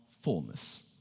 fullness